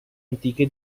antiche